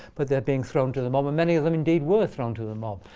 but they're being thrown to the mob. and many of them indeed were thrown to the mob.